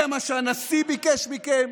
זה מה שהנשיא ביקש מכם,